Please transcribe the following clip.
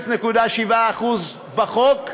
0.7% בחוק,